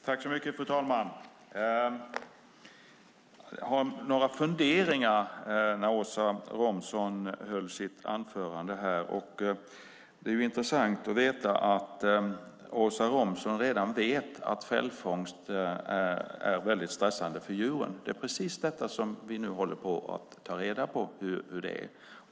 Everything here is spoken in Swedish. Fru talman! Jag har några funderingar med anledning av Åsa Romsons anförande. Det är intressant att veta att Åsa Romson redan vet att fällfångst är väldigt stressande för djuren. Hur det är med det är precis det vi nu håller på att ta reda på.